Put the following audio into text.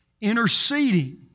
interceding